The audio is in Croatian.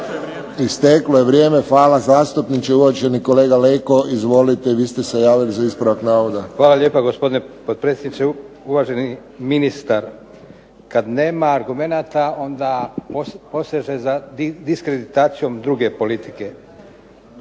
Hvala lijepo gospodine potpredsjedniče. Uvaženi ministar kada nema argumenata onda poseže za dikreditacijom druge politike.